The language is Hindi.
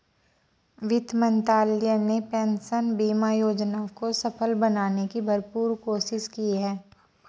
वित्त मंत्रालय ने पेंशन बीमा योजना को सफल बनाने की भरपूर कोशिश की है